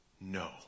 no